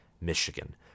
Michigan